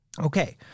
Okay